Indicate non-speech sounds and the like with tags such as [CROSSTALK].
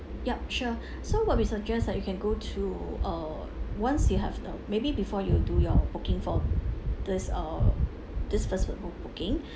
yup sure [BREATH] so what we suggest that you can go to uh once you have um maybe before you do your booking for this uh this first uh book booking